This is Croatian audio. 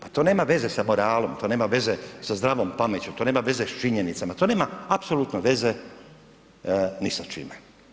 Pa to nema veze sa moralom, to nema veze sa zdravom pameću, to nema veze sa činjenicama, to nema apsolutno veze ni sa čime.